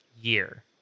year